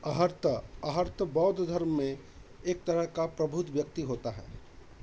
अर्हत अर्हत बौद्ध धर्म में एक तरह का प्रबुद्ध व्यक्ति होता है